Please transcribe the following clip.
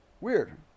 Weird